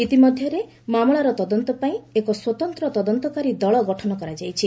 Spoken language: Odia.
ଇତିମଧ୍ୟରେ ମାମଲାର ତଦନ୍ତ ପାଇଁ ଏକ ସ୍ୱତନ୍ତ୍ର ତଦନ୍ତକାରୀ ଦଳ ଗଠନ କରାଯାଇଛି